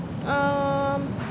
um